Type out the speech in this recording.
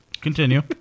Continue